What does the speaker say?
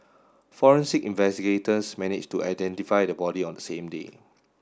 forensic investigators managed to identify the body on the same day